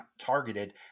targeted